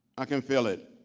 i can feel it.